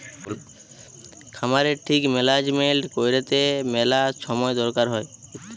খামারের ঠিক ম্যালেজমেল্ট ক্যইরতে ম্যালা ছময় দরকার হ্যয়